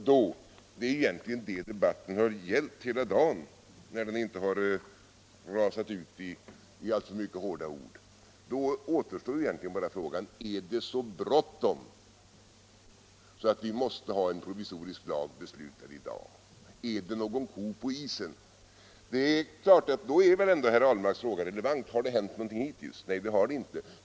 Då — och det är egentligen det debatten gällt hela dagen, när den inte har rasat ut i alltför mycket hårda ord — återstår i stort sett bara frågan: Är det så bråttom att vi i dag måste fatta beslut om en provisorisk lag? Är det någon ko på isen? Därför är väl också herr Ahlmarks fråga relevant: Har det hänt någonting hittills? Nej, det har det inte.